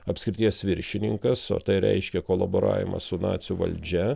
apskrities viršininkas o tai reiškia kolaboravimą su nacių valdžia